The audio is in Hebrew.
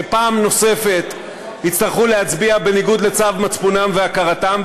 שפעם נוספת יצטרכו להצביע בניגוד לצו מצפונם והכרתם.